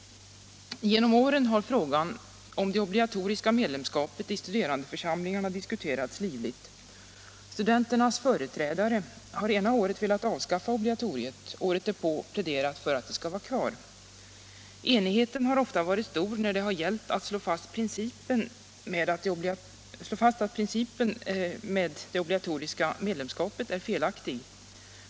Genom åren har frågan om obligatoriskt medlemskap i studerandeförsamlingar diskuterats livligt. Studenternas företrädare har ena året velat avskaffa obligatoriet, året därpå pläderat för att obligatoriet skall vara kvar. Enigheten har ofta varit stor när det gällt att slå fast att principen med ett obligatoriskt medlemskap är felaktig.